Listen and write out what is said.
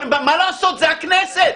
מה לעשות, זה הכנסת.